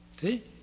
See